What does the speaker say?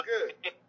good